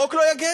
החוק לא יגן.